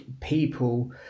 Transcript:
people